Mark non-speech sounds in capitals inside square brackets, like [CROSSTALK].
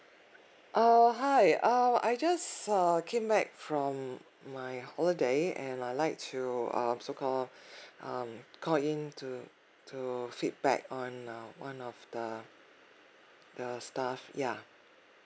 err hi uh I just err came back from my holiday and I like to um so called [BREATH] um call in to to feedback on uh one of the the staff ya